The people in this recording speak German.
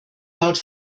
laut